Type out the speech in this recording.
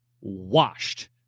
washed